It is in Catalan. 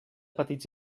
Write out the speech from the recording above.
petits